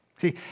See